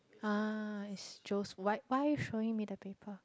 !ah! it's Joe's why why are you showing me the paper